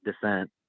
descent